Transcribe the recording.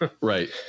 Right